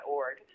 .org